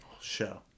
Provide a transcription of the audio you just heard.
Show